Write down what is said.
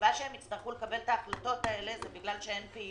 הסיבה שהם יצטרכו לקבל את ההחלטות האלה היא בגלל שאין פעילות,